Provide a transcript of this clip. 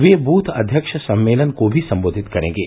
वे booth अध्यक्ष सम्मेलन को भी संबोधित करेंगे